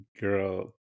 girl